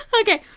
Okay